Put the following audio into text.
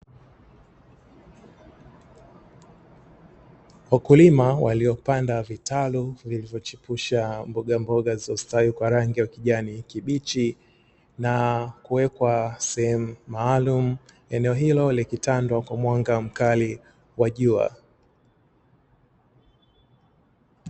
Wakulima waliopanda vitalu vilivyochipusha mbogamboga zilizostawi kwa rangi ya kijani kibichi, na kuwekwa sehemu maalumu eneo hilo likitandwa kwa mwanga mkali wa jua.